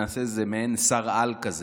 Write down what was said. נעשה מעין שר-על כזה.